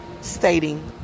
stating